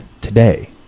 today